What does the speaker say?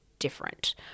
Different